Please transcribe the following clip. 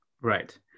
Right